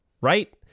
Right